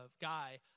guy